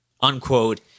unquote